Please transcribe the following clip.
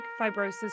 Fibrosis